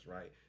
right